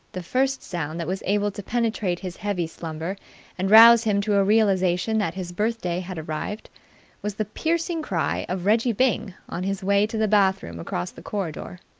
the first sound that was able to penetrate his heavy slumber and rouse him to a realization that his birthday had arrived was the piercing cry of reggie byng on his way to the bath-room across the corridor.